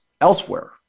elsewhere